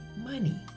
money